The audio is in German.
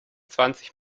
zwanzig